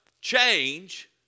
change